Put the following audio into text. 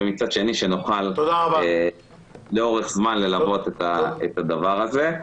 ומצד שני נוכל לאורך זמן ללוות את הדבר הזה.